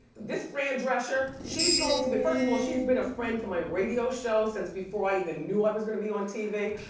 this fran drescher, she's going to be, first of all, she's been a friend to my radio show since before i even knew i was gonna be on tv.